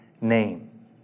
name